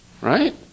Right